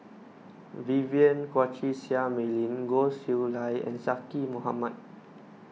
Vivien Quahe Seah Mei Lin Goh Chiew Lye and Zaqy Mohamad